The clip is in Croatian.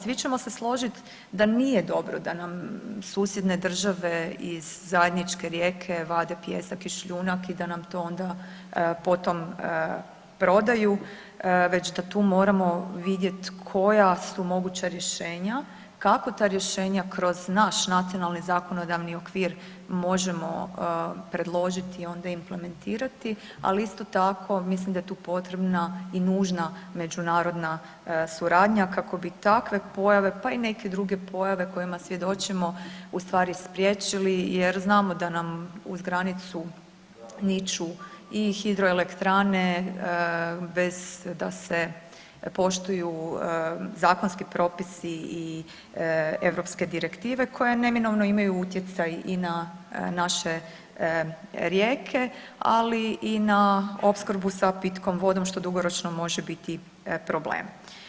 Svi ćemo složiti da nije dobro da nam susjedne države iz zajedničke rijeke vade pijesak i šljunak i da nam to onda potom prodaju, već da tu moramo vidjet koja su moguć rješenja, kako ta rješenja kroz naš nacionalni zakonodavni okvir možemo predložiti a onda i implementirati ali isto tako, mislim da je tu potrebna i nužna međunarodna suradnja kako bi takve pojave, pa i neke druge pojave kojima svjedočimo, ustvari spriječili jer znamo da nam uz granicu niču i hidroelektrane bez da se poštuju zakonski propisi i europske direktive koje neminovno imaju utjecaj i na naše rijeke, ali i na opskrbu sa pitkom vodom što dugoročno može biti problem.